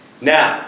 now